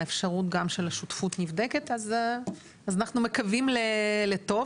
האפשרות גם של השותפות נבדקת אז אנחנו מקווים לטוב,